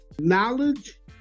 Knowledge